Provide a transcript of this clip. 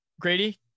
Grady